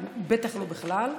בטח לא בכלל,